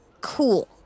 Cool